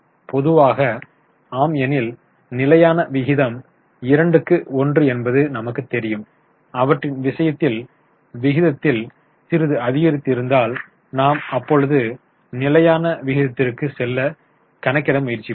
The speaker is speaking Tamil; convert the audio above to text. பொதுவாக ஆம் எனில் நிலையான விகிதம் 2 க்கு 1 என்பது நமக்குத் தெரியும் அவற்றின் விஷயத்தில் விகிதத்தில் சிறிது அதிகரித்து இருந்தால் நாம் அப்பொழுது நிலையான விகிதத்திற்கு செல்ல கணக்கிட முயற்சிபோம்